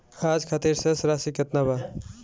आज खातिर शेष राशि केतना बा?